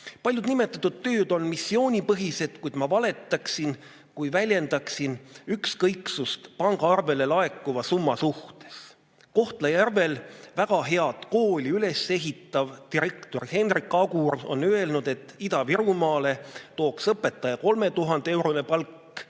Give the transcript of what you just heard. Paljud nimetatud tööd on missioonipõhised, kuid ma valetaksin, kui väljendaksin ükskõiksust pangaarvele laekuva summa suhtes. Kohtla-Järvel väga head kooli üles ehitav direktor Hendrik Agur on öelnud, et Ida-Virumaale tooks õpetaja 3000‑eurone palk.